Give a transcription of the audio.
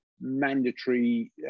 mandatory